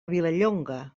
vilallonga